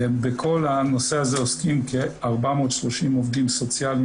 ובכל הנושא הזה עוסקים כ- 430 עובדים סוציאליים